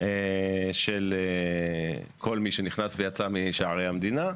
של כל מי שנכנס ויצא משערי המדינה,